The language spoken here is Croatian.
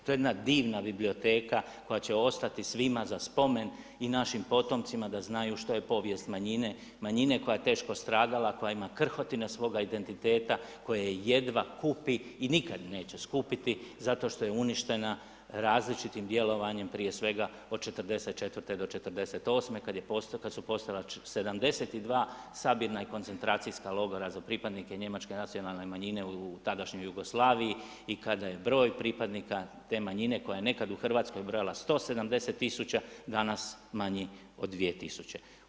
To je jedna divna biblioteka koja će ostati svima za spomen i našim potomcima da znaju što je povijest manjine, manjine koja je teško stradala, koja ima krhotine svoga identiteta, koja jedva kupi i nikada neće skupiti zato što je uništena različitim djelovanjem, prije svega od '44. do '48. kada su postojala 72 sabirna i koncentracijska logora za pripadnike Njemačke nacionalne manjine u tadašnjoj Jugoslaviji i kada je broj pripadnika te manjine koja je nekada u Hrvatskoj brojala 170000 danas manji od 2000.